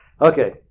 Okay